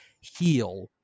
heal